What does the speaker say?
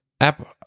app